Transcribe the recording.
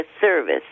service